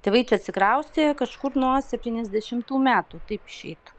tėvai čia atsikraustė kažkur nuo septyniasdešimtų metų taip išeitų